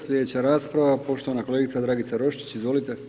Slijedeća rasprava poštovana kolegica Dragica Roščić, izvolite.